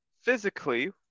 physically